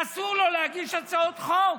אסור לו להגיש הצעות חוק.